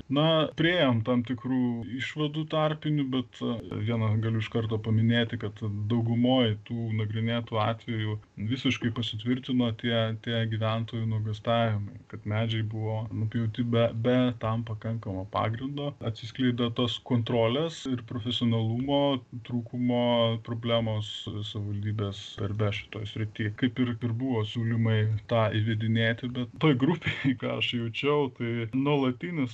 na priėjom tam tikrų išvadų tarpinių bet viena galiu iš karto paminėti kad daugumoj tų nagrinėtų atvejų visiškai pasitvirtino tie tie gyventojų nuogąstavimai kad medžiai buvo nupjauti be be tam pakankamo pagrindo atsiskleidė tas kontrolės ir profesionalumo trūkumo problemos sa savivaldybės darbe šitoj srity kaip ir ir buvo siūlymai tą įvedinėti bet toj grupėj ką aš jaučiau tai nuolatinis